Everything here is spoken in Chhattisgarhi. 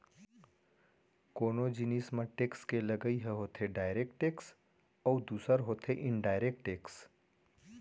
कोनो जिनिस म टेक्स के लगई ह होथे डायरेक्ट टेक्स अउ दूसर होथे इनडायरेक्ट टेक्स